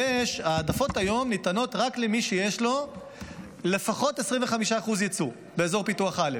ההעדפות היום ניתנות רק למי שיש לו לפחות 25% יצוא באזור פיתוח א',